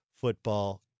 football